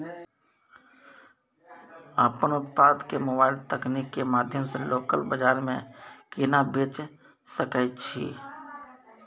अपन उत्पाद के मोबाइल तकनीक के माध्यम से लोकल बाजार में केना बेच सकै छी?